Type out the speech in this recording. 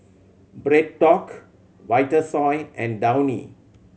BreadTalk Vitasoy and Downy